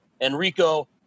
enrico